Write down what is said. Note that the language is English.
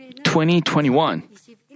2021